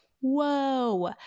whoa